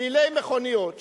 דלילי מכוניות,